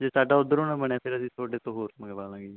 ਜੇ ਸਾਡਾ ਉਧਰੋਂ ਨਾ ਬਣਿਆ ਫਿਰ ਅਸੀਂ ਤੁਹਾਡੇ ਤੋਂ ਹੋਰ ਮੰਗਵਾ ਲਾਂਗੇ ਜੀ